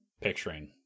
picturing